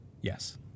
Yes